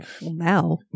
Now